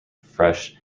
fresh